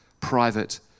private